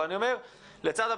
אבל אני אומר שלצד הביקורת,